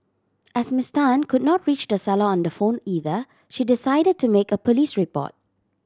as Miss Tan could not reach the seller on the phone either she decided to make a police report